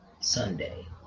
Sunday